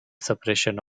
suppression